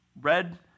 red